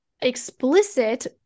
explicit